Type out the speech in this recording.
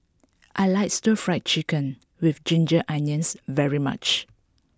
I like stir fried chicken with ginger onions very much